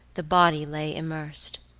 the body lay immersed.